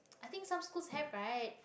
I think some schools have right